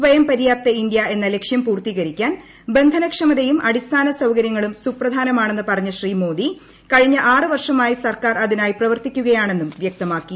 സ്വയംപര്യാപ്ത India എന്ന ലക്ഷ്യം പൂർത്തീകരിക്കാൻ ബന്ധനക്ഷമതയും അടിസ്ഥാനസൌകരൃങ്ങളും സുപ്രധാനമാണെന്ന് പറഞ്ഞ ശ്രീ മോദി കഴിഞ്ഞ ആറ് വർഷമായി സർക്കാർ അതിനായി പ്രവർത്തിക്കുകയാണെന്നും വ്യക്തമാക്കി